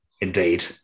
Indeed